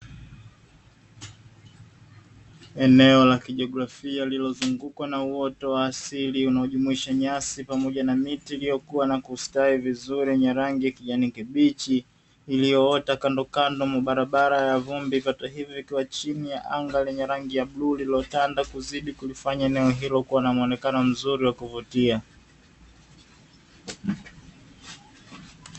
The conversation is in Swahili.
Eneo la kijographia lililozungukwa na uoto wa asili unaomjumuisha nyasi na miti iliyokua na kustawi vizuri yenye rangi ya kijani kibichi, iliyoota kandokando ya barabara ya vumbi, vyote hivi vikiwa chini ya anga lenye anga la bluu, lililotanda na kuzidi kulifanya eneo hilo kuwa mwonekano mzuri wa kuvutia.